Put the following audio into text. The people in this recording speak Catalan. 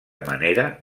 manera